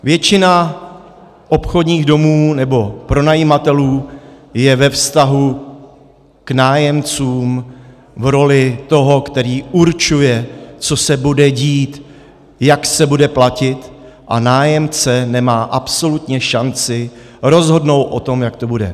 Většina obchodních domů nebo pronajímatelů je ve vztahu k nájemcům v roli toho, který určuje, co se bude dít, jak se bude platit, a nájemce nemá absolutně šanci rozhodnout o tom, jak to bude.